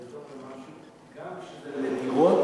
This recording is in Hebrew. גם כשזה לדירות